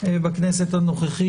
בכנסת הנוכחית,